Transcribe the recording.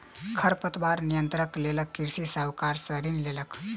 खरपतवार नियंत्रणक लेल कृषक साहूकार सॅ ऋण लेलक